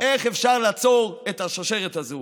איך אפשר לעצור את השרשרת הזו?